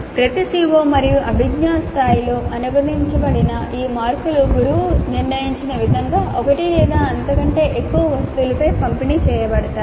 ప్రతి CO మరియు అభిజ్ఞా స్థాయితో అనుబంధించబడిన ఈ మార్కులు గురువు నిర్ణయించిన విధంగా ఒకటి లేదా అంతకంటే ఎక్కువ వస్తువులపై పంపిణీ చేయబడతాయి